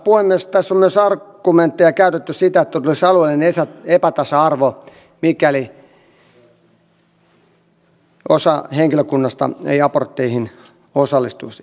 tässä on myös argumentteja käytetty siitä että tulisi alueellinen epätasa arvo mikäli osa henkilökunnasta ei abortteihin osallistuisi